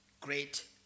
great